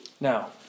Now